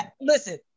Listen